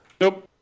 Nope